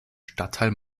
stadtteil